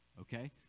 okay